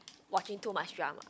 watching too much drama